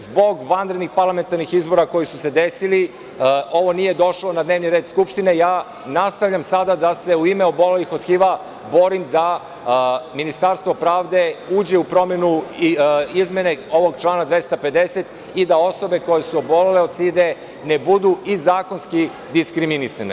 Zbog vanrednih parlamentarnih izbora koji su se desili, ovo nije došlo na dnevni red Skupštine i ja nastavljam sada da se u ime obolelih od HIV-a borim da Ministarstvo pravde uđe u promenu izmene ovog člana 250. i da osobe koje su obolele od side ne budu i zakonski diskriminisane.